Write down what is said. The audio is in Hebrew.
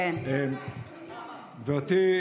דקה,